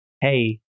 hey